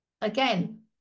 again